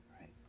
right